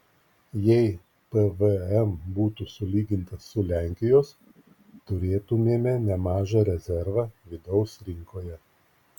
jei pvm būtų sulygintas su lenkijos turėtumėme nemažą rezervą vidaus rinkoje